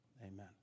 Amen